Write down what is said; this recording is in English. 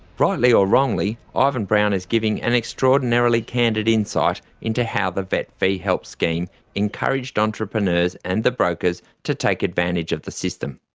or wrongly, ivan brown is giving an extraordinarily candid insight into how the vet fee-help scheme encouraged entrepreneurs and the brokers to take advantage of the system.